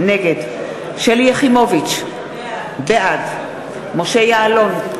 נגד שלי יחימוביץ, בעד משה יעלון,